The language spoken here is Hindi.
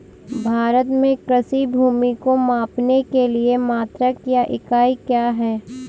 भारत में कृषि भूमि को मापने के लिए मात्रक या इकाई क्या है?